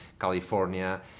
California